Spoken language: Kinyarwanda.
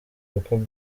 kuko